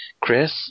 Chris